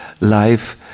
life